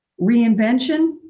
Reinvention